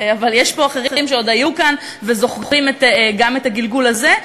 אבל יש פה אחרים שעוד היו כאן וזוכרים גם את הגלגול הזה,